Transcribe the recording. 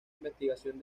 investigación